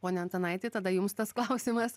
pone antanaiti tada jums tas klausimas